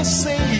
say